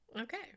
Okay